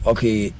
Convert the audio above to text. Okay